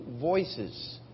voices